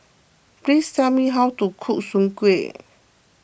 please tell me how to cook Soon Kway